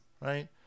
right